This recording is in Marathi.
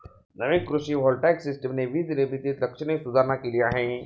नवीन कृषी व्होल्टेइक सिस्टमने वीज निर्मितीत लक्षणीय सुधारणा केली आहे